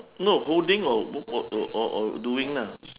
no holding or or or or doing ah